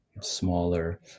smaller